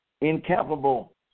incapable